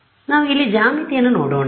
ಆದ್ದರಿಂದ ನಾವು ಇಲ್ಲಿ ಜ್ಯಾಮಿತಿಯನ್ನು ನೋಡೋಣ